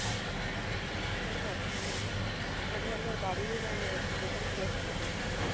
আচ্ছা ঠিক আছে অসুবিধা নেই ওখানে আপনার বাড়ি আর দোকান কি একসাথেই না কি